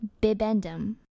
Bibendum